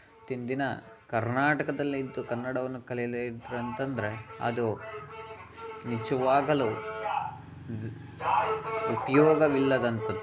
ದಿನ ಕರ್ನಾಟಕದಲ್ಲೇ ಇದ್ದು ಕನ್ನಡವನ್ನು ಕಲಿಯದೇ ಇದ್ರು ಅಂತಂದರೆ ಅದು ನಿಜವಾಗಲೂ ಉಪಯೋಗವಿಲ್ಲದಂಥದ್ದು